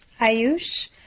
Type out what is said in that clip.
ayush